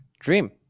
Dream